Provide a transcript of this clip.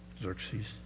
Xerxes